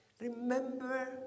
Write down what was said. remember